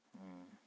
ꯎꯝ